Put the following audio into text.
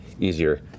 easier